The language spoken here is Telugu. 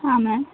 ఆ మ్యామ్